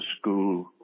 school